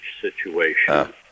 situation